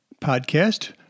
podcast